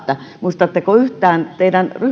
muistatteko yhtään teidän